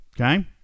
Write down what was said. Okay